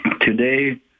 Today